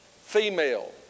female